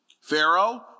Pharaoh